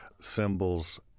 Symbols